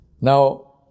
Now